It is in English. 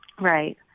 Right